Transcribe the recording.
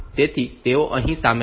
તેથી તેઓ અહીં શામેલ છે